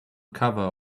cover